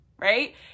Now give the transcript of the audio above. right